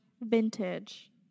Vintage